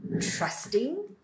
trusting